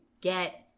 get